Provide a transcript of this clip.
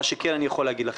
מה שכן, אני יכול להגיד לכם,